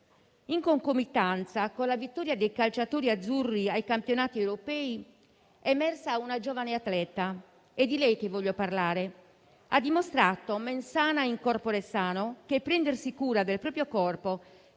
In concomitanza con la vittoria dei calciatori azzurri ai campionati europei è emersa una giovane atleta. È di lei che voglio parlare: ha dimostrato *mens sana in corpore sano* e che prendersi cura del proprio corpo,